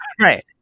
right